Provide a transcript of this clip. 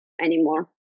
anymore